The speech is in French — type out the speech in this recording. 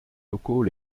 locaux